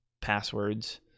passwords